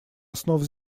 основ